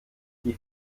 die